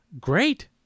great